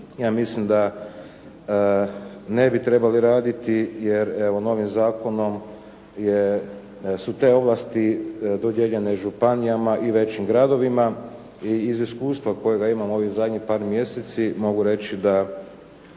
Ja mislim da ne bi trebali raditi jer evo novim zakonom je, su te ovlasti dodijeljene županijama i većim gradovima i iz iskustva kojega imam u ovih zadnjih par mjeseci mogu reći da